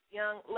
young